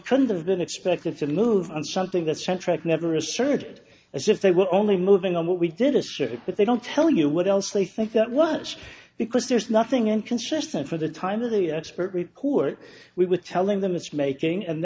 couldn't have been expected to move on something that santrac never asserted as if they were only moving on what we did asserted but they don't tell you what else they think that was because there's nothing inconsistent for the time of the expert report we were telling them it's making and